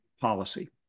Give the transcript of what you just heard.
policy